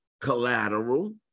collateral